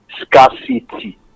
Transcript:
scarcity